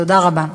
תודה רבה.